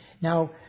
Now